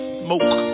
smoke